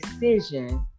decision